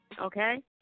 Okay